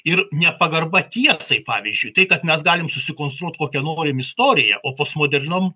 ir nepagarba tiesai pavyzdžiui tai kad mes galim susikonstruot kokią norim istoriją o postmoderniam